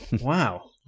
Wow